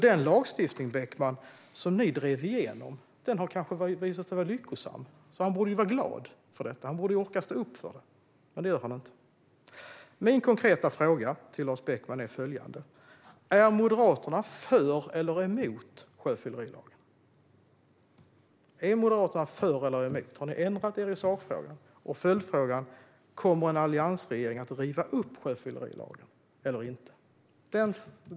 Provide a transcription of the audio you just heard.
Den lagstiftning som ni drev igenom, Beckman, har visat sig vara lyckosam, så du borde vara glad och orka stå upp för den. Men det gör du inte. Mina konkreta frågor till Lars Beckman är följande: Är Moderaterna för eller emot sjöfyllerilagen? Har ni ändrat er i sakfrågan? Min följdfråga är: Kommer en alliansregering att riva upp sjöfyllerilagen eller inte?